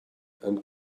and